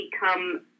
become